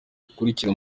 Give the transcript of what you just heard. ukurikire